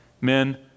Men